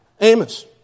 Amos